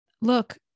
look